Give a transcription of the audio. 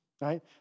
right